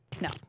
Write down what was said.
No